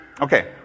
Okay